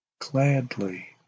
gladly